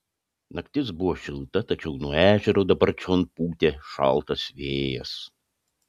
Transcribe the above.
naktis buvo šilta tačiau nuo ežero dabar čion pūtė šaltas vėjas